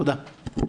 תודה.